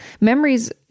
Memories